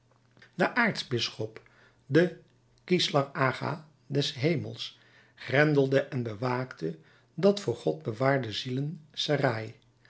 de aartsbisschop de kizlar aga des hemels grendelde en bewaakte dat voor god bewaarde zielen serail